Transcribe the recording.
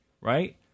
right